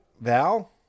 Val